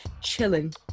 chilling